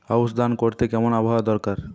আউশ ধান চাষ করতে কেমন আবহাওয়া দরকার?